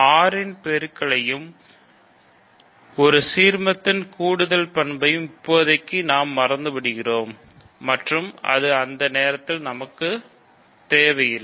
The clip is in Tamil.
R இன் பெருக்கலையும் ஒரு சீர்மத்தின் கூடுதல் பண்பையும் இப்போதைக்கு நாம் மறந்துவிடுகிறோம் மற்றும் அது இந்த நேரத்தில் நமக்கு அது தேவையில்லை